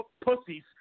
Pussies